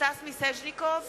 סטס מיסז'ניקוב,